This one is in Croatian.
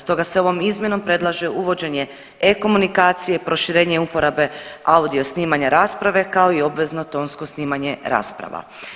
Stoga se ovom izmjenom predlaže uvođenje e-Komunikacije, proširenje uporabe audio snimanja rasprave kao i obvezno tonsko snimanje rasprava.